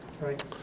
Right